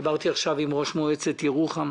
דיברתי עכשיו עם ראש מועצת ירוחם.